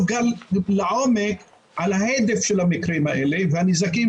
גם לעומק על ההדף של המקרים האלה והנזקים